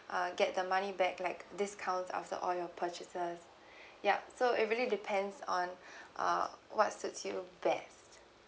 uh get the money back like discounts after all your purchases yup so it really depends on uh what suits you best